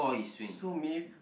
so mayb~